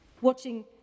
watching